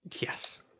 Yes